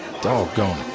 Doggone